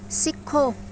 ਸਿੱਖੋ